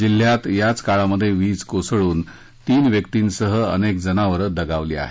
जिल्ह्यात याच काळात वीज कोसळून तीन व्यक्तीसह अनेक जनावर दगावली आहेत